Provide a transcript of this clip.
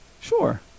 Sure